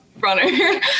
runner